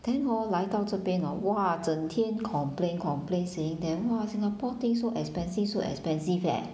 then hor 来到这边 hor !wah! 整天 complain complain saying that !wah! singapore thing so expensive so expensive eh